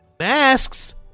Masks